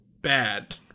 bad